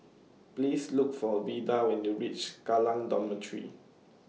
Please Look For Vida when YOU REACH Kallang Dormitory